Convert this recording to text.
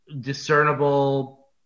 discernible